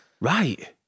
right